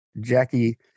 jackie